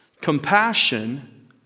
Compassion